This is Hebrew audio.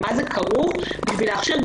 במה זה כרוך בשביל להכשיר,